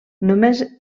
només